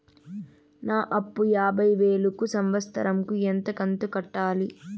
నా అప్పు యాభై వేలు కు సంవత్సరం కు ఎంత కంతు కట్టాలి?